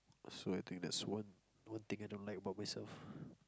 so I think that's one one thing I don't like about myself